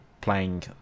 playing